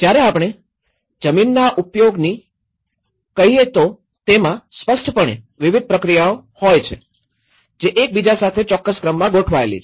જ્યારે આપણે જમીનના ઉપયોગના આયોજનની કહીયે તો તેમાં સ્પષ્ટપણે વિવિધ પ્રક્રિયાઓ હોય છે જે એક બીજા સાથે કોઈ ચોક્કસ ક્રમમાં ગોઠવાયેલી છે